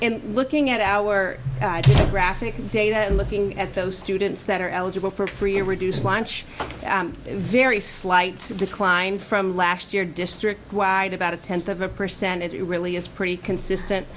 and looking at our graphic data and looking at those students that are eligible for free or reduced lunch very slight decline from last year district wide about a tenth of a percent it really is pretty consistent